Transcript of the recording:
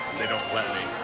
they don't let me.